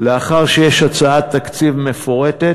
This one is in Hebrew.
לאחר שיש הצעת תקציב מפורטת,